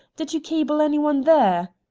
did you cable any one there?